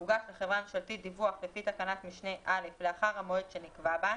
הוגש לחברה ממשלתית דיווח לפי תקנת משנה (א) לאחר המועד שנקבע בה,